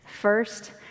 First